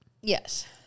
Yes